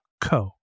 co